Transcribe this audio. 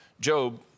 Job